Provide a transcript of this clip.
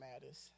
matters